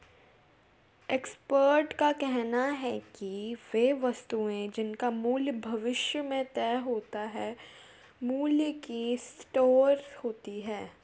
expert का कहना है कि वे वस्तुएं जिनका मूल्य भविष्य में तय होता है मूल्य की स्टोर होती हैं